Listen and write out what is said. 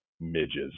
midges